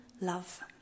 love